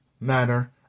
manner